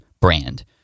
brand